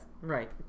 right